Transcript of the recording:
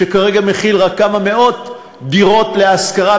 שכרגע מכיל רק כמה מאות דירות להשכרה,